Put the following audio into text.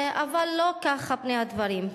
אבל לא כך הדברים.